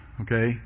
okay